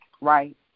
right